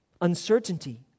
uncertainty